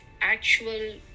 actual